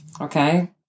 okay